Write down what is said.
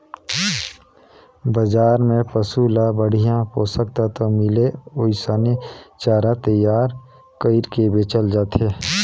बजार में पसु ल बड़िहा पोषक तत्व मिले ओइसने चारा तईयार कइर के बेचल जाथे